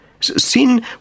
Sin